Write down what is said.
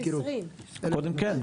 כן,